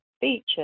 features